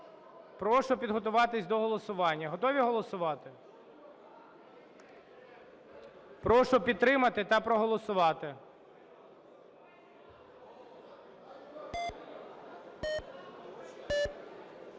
Прошу підготуватися до голосування. Готові голосувати? Прошу підтримати та проголосувати.